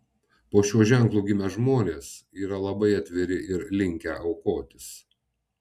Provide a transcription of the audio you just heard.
po šiuo ženklu gimę žmonės yra labai atviri ir linkę aukotis